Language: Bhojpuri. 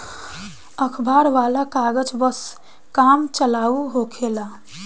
अखबार वाला कागज बस काम चलाऊ होखेला